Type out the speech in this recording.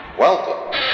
Welcome